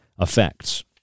effects